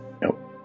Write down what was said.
Nope